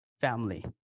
family